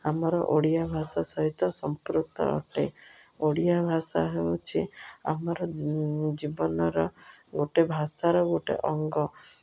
ଆମର ଓଡ଼ିଆ ଭାଷା ସହିତ ସମ୍ପୃକ୍ତ ଅଟେ ଓଡ଼ିଆ ଭାଷା ହେଉଛି ଆମର ଜୀବନର ଗୋଟେ ଭାଷାର ଗୋଟେ ଅଙ୍ଗ